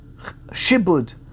shibud